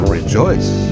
Rejoice